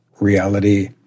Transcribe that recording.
Reality